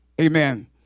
amen